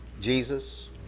Jesus